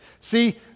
see